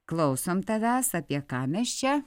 klausom tavęs apie ką mes čia